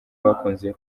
bakunze